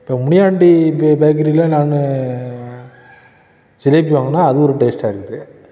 இப்போ முனியாண்டி பே பேக்கரியில் நான் ஜிலேபி வாங்கினா அது ஒரு டேஸ்டாக இருக்குது